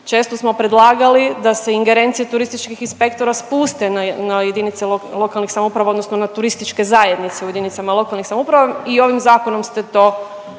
Često smo predlagali da se ingerencije turističkih inspektora spuste na jedinice lokalnih samouprava, odnosno na turističke zajednice u jedinicama lokalnih samouprava i ovih Zakonom ste to